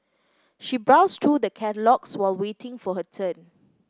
she browsed through the catalogues while waiting for her turn